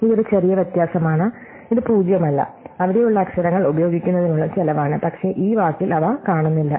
ഇത് ഒരു ചെറിയ വ്യത്യാസമാണ് ഇത് പൂജ്യമല്ല അവിടെയുള്ള അക്ഷരങ്ങൾ ഉപയോഗിക്കുന്നതിനുള്ള ചെലവാണ് പക്ഷേ ഈ വാക്കിൽ അവ കാണുന്നില്ല